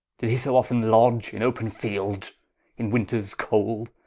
did he so often lodge in open field in winters cold,